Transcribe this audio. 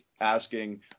asking